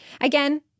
Again